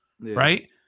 Right